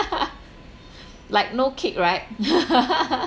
like no kick right